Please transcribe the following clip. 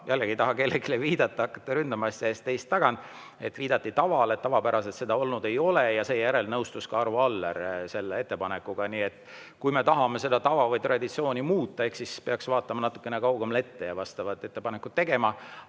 jällegi ei taha kellelegi viidata, hakkate ründama, asja ees, teist taga – viidati tavale, et tavapäraselt seda olnud ei ole. Seejärel nõustus ka Arvo Aller selle ettepanekuga. Nii et kui me tahame seda tava või traditsiooni muuta, siis peaks vaatama natukene kaugemale ette ja vastavad ettepanekud tegema.